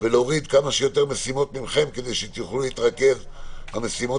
ולהוריד כמה שיותר משימות מכם כדי שתוכלו להתרכז במשימות